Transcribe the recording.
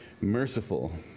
merciful